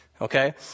Okay